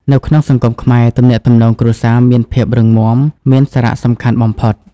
នៅក្នុងសង្គមខ្មែរ ទំនាក់ទំនងគ្រួសារមានភាពរឹងមាំ មានសារៈសំខាន់បំផុត។